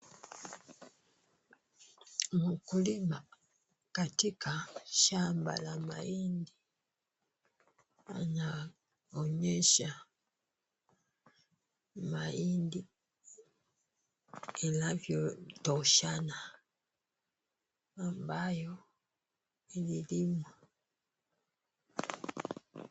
Mkulima katika shamba la mahindi anaonyesha mahindi inavyotoshana ambayo imelimwa.